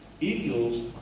Eagles